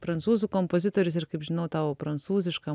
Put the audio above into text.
prancūzų kompozitorius ir kaip žinau tau prancūziška